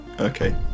Okay